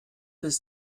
bis